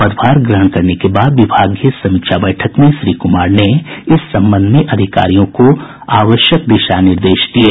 पदभार ग्रहण करने के बाद विभागीय समीक्षा बैठक में श्री कुमार ने इस संबंध में अधिकारियों को आवश्यक दिशा निर्देश दिये